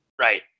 Right